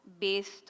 based